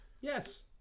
Yes